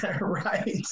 Right